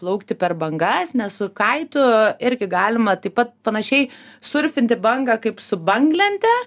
plaukti per bangas ne su kaitu irgi galima taip pat panašiai surfinti bangą kaip su banglente